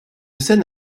scène